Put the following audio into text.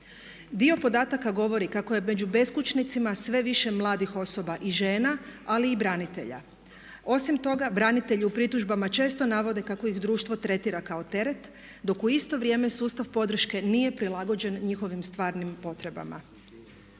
Dio podataka govorio kako je među beskućnicima sve više mladih osoba i žena ali i branitelja. Osim toga, branitelji u pritužbama često navode kako ih društvo tretira kao teret dok u isto vrijeme sustav podrške nije prilagođen njihovim stvarnim potrebama.